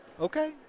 Okay